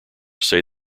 say